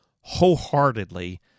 wholeheartedly